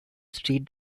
street